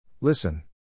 Listen